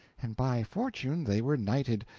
and by fortune they were nighted,